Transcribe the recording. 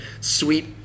sweet